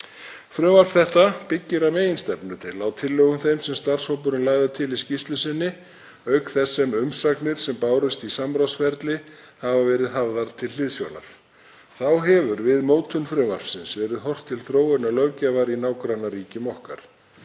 Frumvarp þetta byggir að meginstefnu til á tillögum þeim sem starfshópurinn lagði til í skýrslu sinni auk þess sem umsagnir sem bárust í samráðsferli hafa verið hafðar til hliðsjónar. Þá hefur við mótun frumvarpsins verið horft til þróunar löggjafar í nágrannaríkjum okkar.